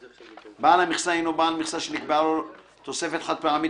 בעל המכסה הינו בעל מכסה שנקבעה לו תוספת חד-פעמית